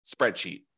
spreadsheet